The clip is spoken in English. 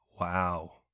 wow